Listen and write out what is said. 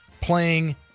playing